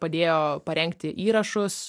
padėjo parengti įrašus